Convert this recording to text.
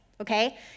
okay